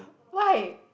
why